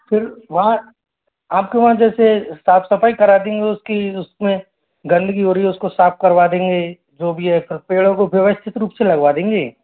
फिर वहाँ आप के वहाँ जैसे साफ़ सफाई करा देंगे उसकी उसमें गंदगी हो रही है उसको साफ़ करवा देंगे जो भी है पेड़ों को व्यवस्थित रूप से लगवा देंगे